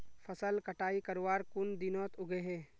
फसल कटाई करवार कुन दिनोत उगैहे?